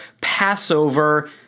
Passover